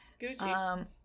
Gucci